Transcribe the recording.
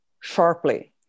sharply